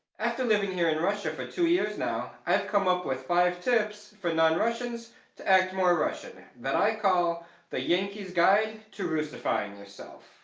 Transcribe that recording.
after living here in russia for two years now i've come up with five tips for non russians to act more russian that i call the yankees guide to russifying yourself.